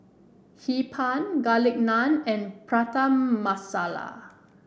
Hee Pan Garlic Naan and Prata Masala